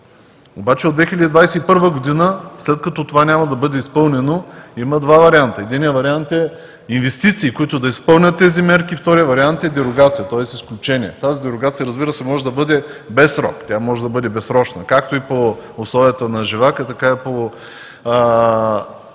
сега. От 2021 г. обаче, след като това няма да бъде изпълнено, има два варианта. Единият вариант е инвестиции, които да изпълнят тези мерки, вторият вариант е дерогация, тоест изключение. Тази дерогация, разбира се, може да бъде без срок. Може да е безсрочна както по условията на живака, така и по